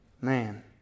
Man